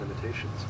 limitations